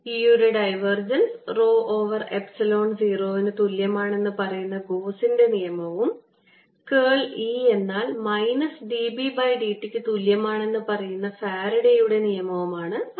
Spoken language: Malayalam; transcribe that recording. E യുടെ ഡൈവർജൻസ് rho ഓവർ എപ്സിലോൺ 0 ന് തുല്യമാണെന്ന് പറയുന്ന ഗോസിന്റെ നിയമവും കേൾ E എന്നാൽ minus d B d t ക്ക് തുല്യമാണെന്ന് പറയുന്ന ഫാരഡെയുടെ നിയമവും ആണ് അവ